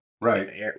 Right